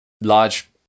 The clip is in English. large